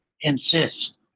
insist